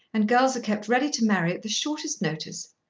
and girls are kept ready to marry at the shortest notice.